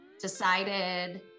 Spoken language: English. decided